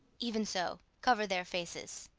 even so cover their faces.